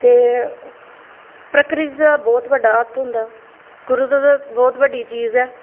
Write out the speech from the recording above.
ते प्रकृति दा बहोत बड्डा हत्थ होंदा कुदरत ते बहोत बड्डी चीज़ ऐ